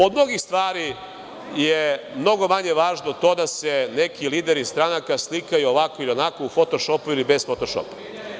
Od mnogih stvari je mnogo manje važno to da se neki lideri stranaka slikaju ovako ili onako u foto šopu, ili bez foto šopa.